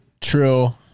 True